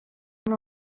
una